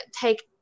take